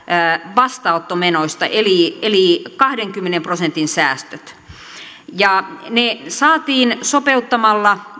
vastaanottomenoista eli eli kahdenkymmenen prosentin säästöt ne saatiin sopeuttamalla